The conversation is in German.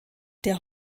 der